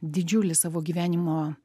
didžiulį savo gyvenimo